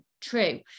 true